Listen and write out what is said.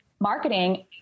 marketing